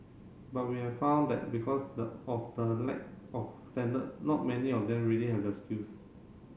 but we have found that because the of the lack of standard not many of them really have the skills